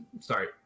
Sorry